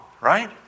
right